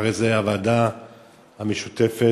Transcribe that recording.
ואחרי זה הוועדה המשותפת,